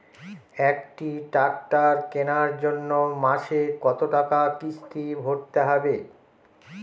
একটি ট্র্যাক্টর কেনার জন্য মাসে কত টাকা কিস্তি ভরতে হবে?